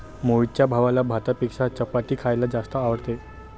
मोहितच्या भावाला भातापेक्षा चपाती खायला जास्त आवडते